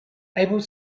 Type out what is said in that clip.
able